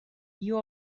you